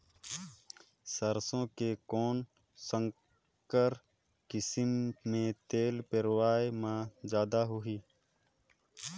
सरसो के कौन संकर किसम मे तेल पेरावाय म जादा होही?